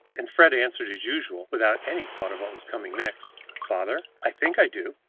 and fred answered as usual, without any thought of what was coming next, father, i think i do.